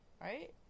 right